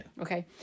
Okay